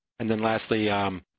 and then lastly,